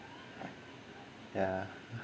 yeah